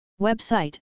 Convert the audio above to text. Website